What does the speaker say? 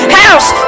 house